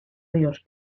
ríos